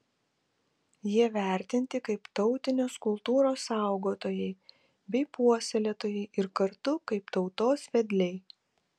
jie vertinti kaip tautinės kultūros saugotojai bei puoselėtojai ir kartu kaip tautos vedliai